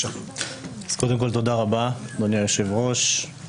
קודם כל תודה רבה, אדוני היושב-ראש.